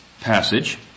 passage